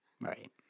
Right